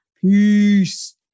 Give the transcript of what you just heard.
peace